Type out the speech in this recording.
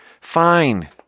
fine